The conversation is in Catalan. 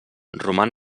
roman